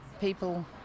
people